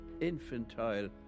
Infantile